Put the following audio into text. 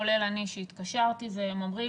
כולל אני שהתקשרתי והם אומרים,